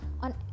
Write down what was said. on